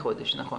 בחודש, נכון.